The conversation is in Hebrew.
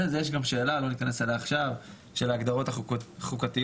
יש גם שאלה לגבי ההגדרות החוקתיות,